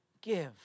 give